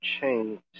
change